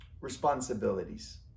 responsibilities